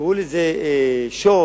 תקראו לזה "שוט".